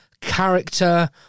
character